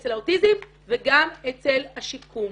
אצל האוטיזם וגם אצל השיקום.